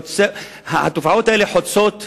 התופעות האלה חוצות תרבויות,